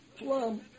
plum